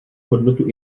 hodnotu